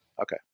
Okay